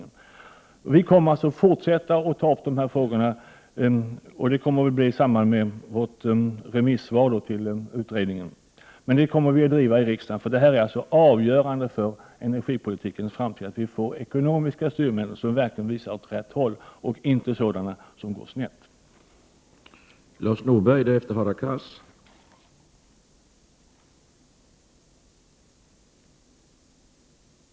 Vi i miljöpartiet kommer även i framtiden att ta upp dessa frågor i samband med vårt remissvar till utredningen. Vi kommer även att driva dessa frågor i riksdagen eftersom det är avgörande för energipolitikens framtid att vi får ekonomiska styrmedel som leder utvecklingen åt rätt håll och inte sådana som gör att det går snett.